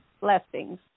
Blessings